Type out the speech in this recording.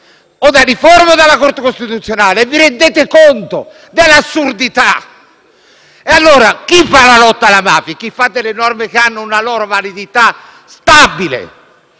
riforme o dalla Corte costituzionale. Vi rendete conto dell'assurdità? Chi fa la lotta alla mafia? Chi fa delle norme che hanno una loro validità stabile